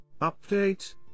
Update